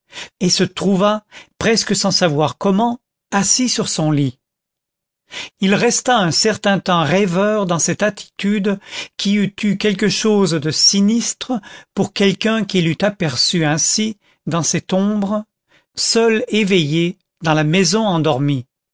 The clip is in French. et se trouva presque sans savoir comment assis sur son lit il resta un certain temps rêveur dans cette attitude qui eût eu quelque chose de sinistre pour quelqu'un qui l'eût aperçu ainsi dans cette ombre seul éveillé dans la maison endormie